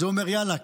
אז הוא אומר: יאללה,